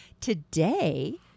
Today